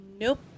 Nope